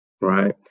right